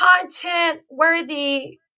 content-worthy